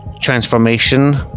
transformation